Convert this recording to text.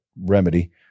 remedy